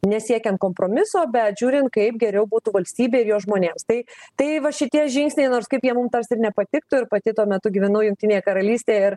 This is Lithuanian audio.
nesiekiant kompromiso bet žiūrint kaip geriau būtų valstybei ir jos žmonėms tai tai va šitie žingsniai nors kaip jie mum tarsi ir nepatiktų ir pati tuo metu gyvenau jungtinėje karalystėje ir